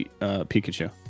Pikachu